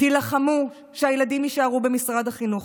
תילחמו שהילדים יישארו במשרד החינוך.